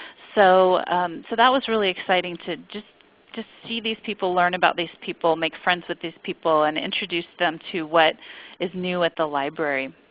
so so that was really exciting just to see these people, learn about these people, make friends with these people and introduce them to what is new at the library.